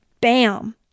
bam